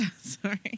Sorry